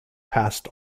passed